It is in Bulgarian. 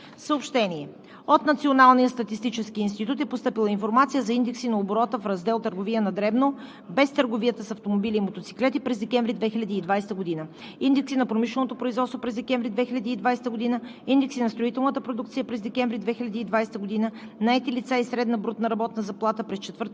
събрание. От Националния статистически институт е постъпила информация за: индекси на оборота в раздел „Търговия на дребно“ без търговията с автомобили и мотоциклети през декември 2020 г.; индекси на промишленото производство през декември 2020 г.; индекси на строителната продукция през декември 2020 г.; наети лица и средна брутна работна заплата през четвъртото